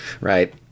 right